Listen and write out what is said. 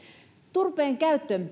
turpeen käyttö